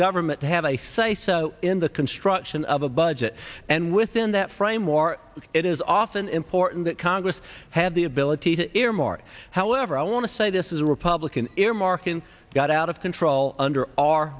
government to have a say so in the construction of a budget and within that frame or it is often important that congress have the ability to earmark however i want to say this is a republican earmarking got out of control under our